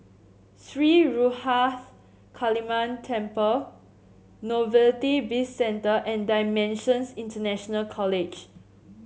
Sri Ruthra Kaliamman Temple Novelty Bizcentre and Dimensions International College